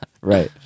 Right